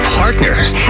partners